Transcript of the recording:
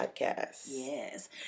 yes